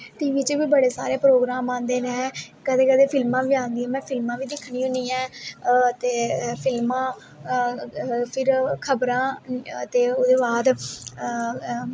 T V बिच्च गी बड़े सारे प्रोग्राम आंदे नै कदैं कदैं फिल्मां बी आंदियां में फिल्मां बी दिक्खनी होन्नी ऐं ते फिल्मां ते फिर खबरां ते ओह्दे बाद